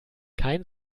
kein